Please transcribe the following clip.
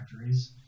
factories